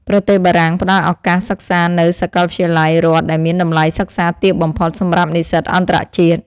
ប្រទេសបារាំងផ្តល់ឱកាសសិក្សានៅសាកលវិទ្យាល័យរដ្ឋដែលមានតម្លៃសិក្សាទាបបំផុតសម្រាប់និស្សិតអន្តរជាតិ។